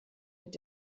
mit